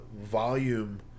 volume